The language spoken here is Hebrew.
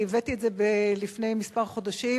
אני הבאתי את זה לפני כמה חודשים.